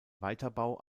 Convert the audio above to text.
weiterbau